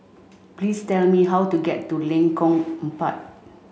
please tell me how to get to Lengkong Empat